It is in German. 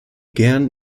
gern